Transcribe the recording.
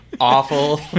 Awful